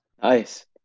Nice